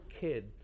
kid